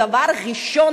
דבר ראשון,